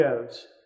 gives